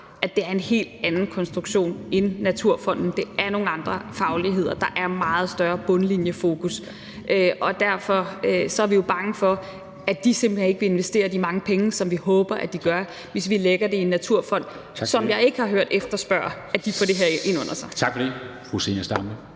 at det er en helt anden konstruktion end Naturfonden. Der er tale om nogle andre fagligheder, og der er meget større bundlinjefokus. Og derfor er vi jo bange for, at de simpelt hen ikke vil investere de mange penge, som vi håber at de gør, hvis vi lægger det i en naturfond, som jeg ikke har hørt efterspørge at få det her ind under sig. Kl.